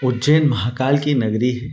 उज्जैन महाकाल की नगरी है